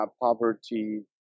poverty